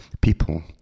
people